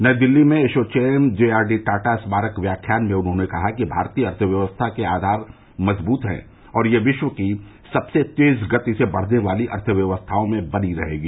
नई दिल्ली में ASSOCHAM J R D Tata स्मारक व्याख्यान में उन्होंने कहा कि भारतीय अर्थव्यवस्था के आधार मजबूत हैं और यह विश्व की सबसे तेज गति से बढ़ने वाली अर्थव्यवस्थाओं में बनी रहेगी